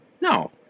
No